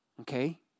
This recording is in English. Okay